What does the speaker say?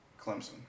Clemson